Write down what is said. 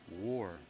War